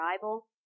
Bible